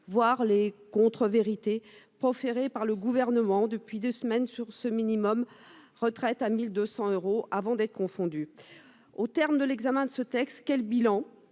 voire les contre-vérités proférées par le gouvernement depuis 2 semaines sur ce minimum retraite à 1200 euros avant d'être confondu. Au terme de l'examen de ce texte. Quel bilan